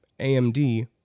AMD